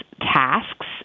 Tasks